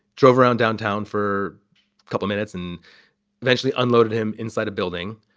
drove around downtown for a couple minutes and eventually unloaded him inside a building.